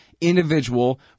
individual